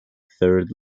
third